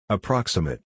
Approximate